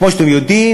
כמו שאתם יודעים,